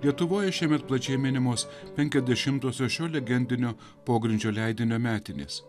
lietuvoje šiemet plačiai minimos penkiasdešimtosios šio legendinio pogrindžio leidinio metinės